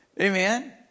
Amen